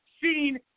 seen